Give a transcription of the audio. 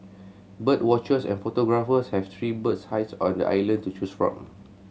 bird watchers and photographers have three bird hides on the island to choose from